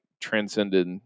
transcended